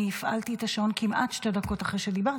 אני הפעלתי את השעון כמעט שתי דקות אחרי שדיברת,